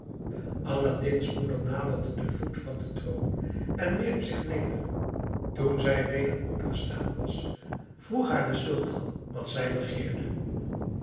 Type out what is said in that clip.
aladdin's moeder naderde den voet van den troon en wierp zich neder toen zij weder opgestaan was vroeg haar de sultan wat zij begeerde